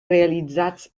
realitzats